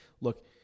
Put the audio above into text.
look